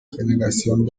generación